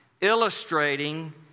illustrating